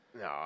no